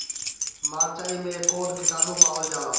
मारचाई मे कौन किटानु पावल जाला?